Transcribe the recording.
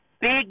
Big